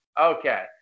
Okay